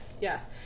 Yes